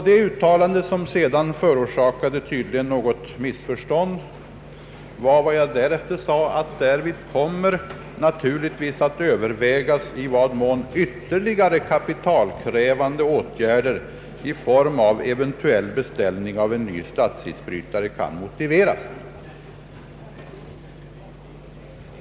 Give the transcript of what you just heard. Det uttalande som tydligen förorsakade något missförstånd var vad jag därefter sade, nämligen att därvid kommer naturligtvis att övervägas i vad mån ytterligare kapitalkrävande åtgärder i form av en eventuell beställning av en ny statsisbrytare kan motiveras.